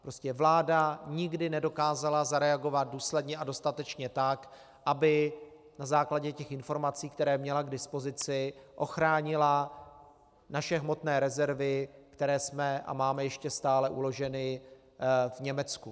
Prostě vláda nikdy nedokázala zareagovat důsledně a dostatečně tak, aby na základě těch informací, které měla k dispozici, ochránila naše hmotné rezervy, které máme ještě stále uloženy v Německu.